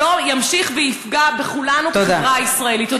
שלא ימשיך ויפגע בכולנו בחברה הישראלית.